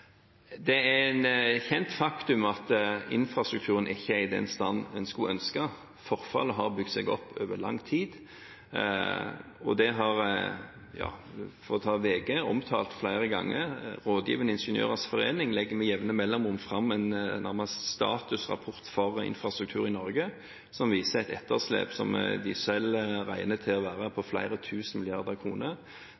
Det er et kjent faktum at infrastrukturen ikke er i den stand en skulle ønske. Forfallet har bygd seg opp over lang tid, og det har VG – for å ta VG – omtalt flere ganger. Rådgivende Ingeniørers Forening legger med jevne mellomrom fram en statusrapport for infrastruktur i Norge som viser et etterslep som de selv har regnet til å være på